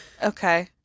Okay